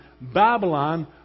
Babylon